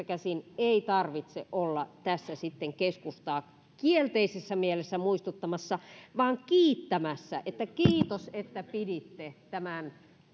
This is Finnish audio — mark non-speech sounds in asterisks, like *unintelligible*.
*unintelligible* käsin ei tarvitse olla tässä keskustaa kielteisessä mielessä muistuttamassa vaan kiittämässä että kiitos että piditte tämän